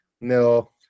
No